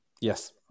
yes